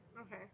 Okay